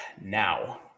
Now